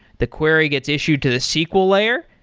the query gets issued to the sql layer,